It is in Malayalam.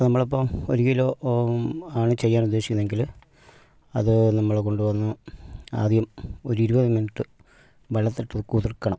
ഇപ്പം നമ്മളിപ്പോൾ ഒരു കിലോ ആണ് ചെയ്യാൻ ഉദ്ദേശിക്കുന്നതെങ്കിൽ അത് നമ്മൾ കൊണ്ടുവന്ന് ആദ്യം ഒരു ഇരുപത് മിനിറ്റ് വെള്ളത്തിലിട്ട് കുതിർക്കണം